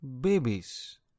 babies